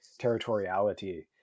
territoriality